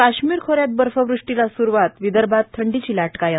काश्मीर खोऱ्यात बर्फवृष्टीला स्ररूवात विदर्भात थंडीची लाट कायम